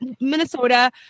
Minnesota